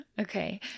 Okay